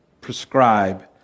prescribe